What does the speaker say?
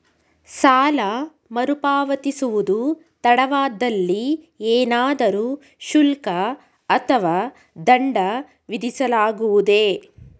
ಸಾಲ ಮರುಪಾವತಿಸುವುದು ತಡವಾದಲ್ಲಿ ಏನಾದರೂ ಶುಲ್ಕ ಅಥವಾ ದಂಡ ವಿಧಿಸಲಾಗುವುದೇ?